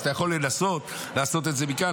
אז אתה יכול לנסות לעשות את זה מכאן,